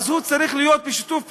אז הוא צריך להיות בשיתוף פעולה.